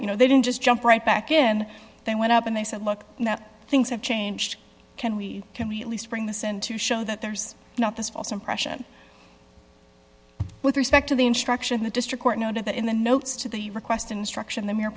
you know they didn't just jump right back in they went up and they said look things have changed can we can we at least bring the senate to show that there's not this false impression with respect to the instruction of the district court noted that in the notes to the request instruction the mere